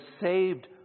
saved